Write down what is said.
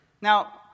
Now